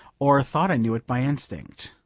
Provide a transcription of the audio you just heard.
or thought i knew it, by instinct.